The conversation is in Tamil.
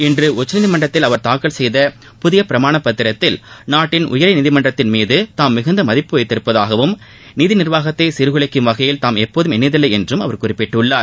இன்று உச்சநீதிமன்றத்தில் அவர் தாக்கல் செய்த புதிய பிரமாணப் பத்திரத்தில் நாட்டின் உயரிய நீதிமன்றத்தின் மீது தாம் மிகுந்த மதிப்பு வைத்திருப்பதாகவும் நீதி நிர்வாகத்தை சீர்குலைக்கும் வகையில் தாம் எப்போதுமே எண்ணியதில்லை என்றும் அவர் குறிப்பிட்டுள்ளார்